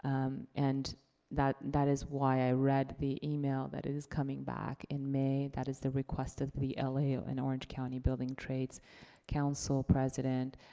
um and that that is why i read the email that it is coming back in may. that is the request of the la and orange county building trades council president,